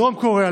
בדרום קוריאה,